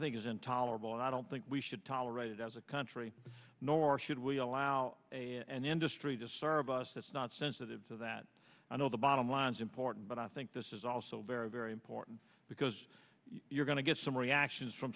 think is intolerable and i don't think we should tolerate it as a country nor should we allow an industry to serve us that's not sensitive so that i know the bottom line is important but i think this is also very very important because you're going to get some reactions from